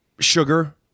Sugar